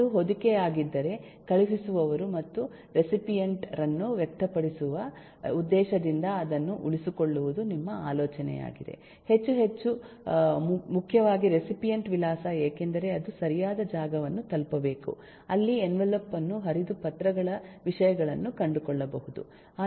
ಅದು ಹೊದಿಕೆಯಾಗಿದ್ದರೆ ಕಳುಹಿಸುವವರು ಮತ್ತು ರೆಸಿಪಿಯೆಂಟ್ ರನ್ನು ವ್ಯಕ್ತಪಡಿಸುವ ಉದ್ದೇಶದಿಂದ ಅದನ್ನು ಉಳಿಸಿಕೊಳ್ಳುವುದು ನಿಮ್ಮ ಆಲೋಚನೆಯಾಗಿದೆ ಹೆಚ್ಚು ಹೆಚ್ಚು ಮುಖ್ಯವಾಗಿ ರೆಸಿಪಿಯೆಂಟ್ ವಿಳಾಸ ಏಕೆಂದರೆ ಅದು ಸರಿಯಾದ ಜಾಗವನ್ನು ತಲುಪಬೇಕು ಅಲ್ಲಿ ಎನ್ವೆಲೋಪ್ ಅನ್ನು ಹರಿದು ಪತ್ರಗಳ ವಿಷಯಗಳನ್ನು ಕಂಡುಕೊಳ್ಳಬಹುದು